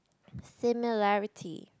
similarity